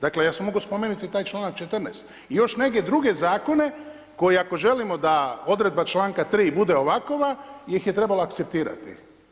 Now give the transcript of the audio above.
Dakle ja sam mogao spomenuti i taj članak 14. i još neke druge zakone koje ako želimo da odredba članka 3. bude ovakova ih je trebala akceptirati.